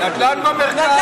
נדל"ן במרכז.